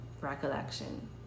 recollection